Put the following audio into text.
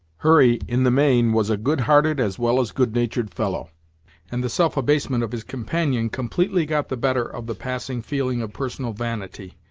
hurry, in the main, was a good-hearted as well as good-natured fellow and the self-abasement of his companion completely got the better of the passing feeling of personal vanity.